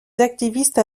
activistes